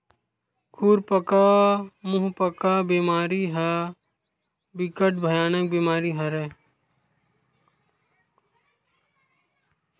खुरपका मुंहपका बेमारी ह बिकट भयानक बेमारी हरय